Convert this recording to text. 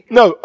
no